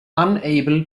unable